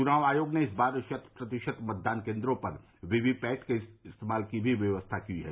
चुनाव आयोग ने इस बार शत प्रतिशत मतदान केन्द्रों पर वीपीपैट के इस्तेमाल की भी व्यवस्था भी की है